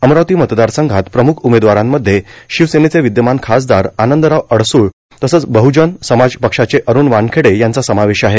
अमरावती मतदारसंघात प्रमुख उमेदवारांमध्ये शिवसेनेचे विद्यमान खासदार आनंदराव अडसूळ तसंच बुहजन समाज पक्षाचे अरूण वानखेडे यांचा समावेश आहे